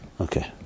Okay